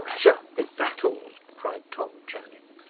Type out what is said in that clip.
pshaw! is that all? cried tom channing,